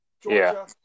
Georgia